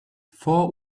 four